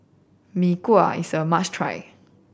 Mee Kuah is a must try